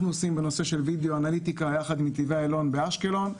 עושים בנושא וידיאו אנליטיקה יחד נתיבי איילון באשקלון,